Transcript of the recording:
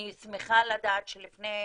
אני שמחה לדעת שלפני